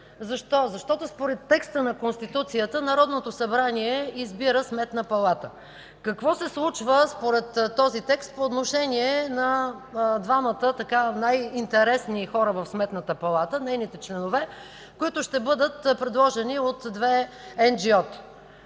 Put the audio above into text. Защо? Защото според текста на Конституцията Народното събрание избира Сметна палата. Какво се случва според този текст по отношение на двамата най-интересни хора в Сметната палата – нейните членове, които ще бъдат предложени от две енджиота?